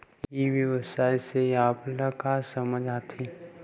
ई व्यवसाय से आप ल का समझ आथे?